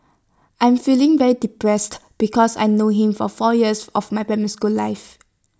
I'm feeling very depressed because I've known him for four years of my primary school life